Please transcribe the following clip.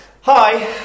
Hi